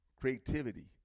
creativity